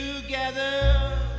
together